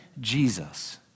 Jesus